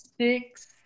six